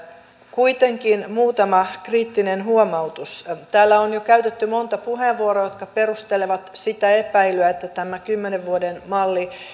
kuitenkin muutama kriittinen huomautus täällä on jo käytetty monta puheenvuoroa jotka perustelevat sitä epäilyä että tämä kymmenen vuoden malli